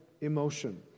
emotion